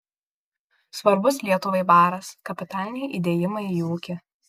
svarbus lietuvai baras kapitaliniai įdėjimai į ūkį